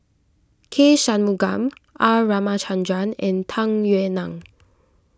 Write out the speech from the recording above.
K Shanmugam R Ramachandran and Tung Yue Nang